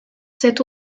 cette